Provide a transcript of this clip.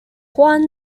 juan